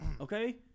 Okay